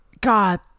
God